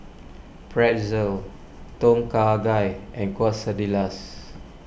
Pretzel Tom Kha Gai and Quesadillas